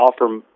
offer